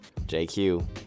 JQ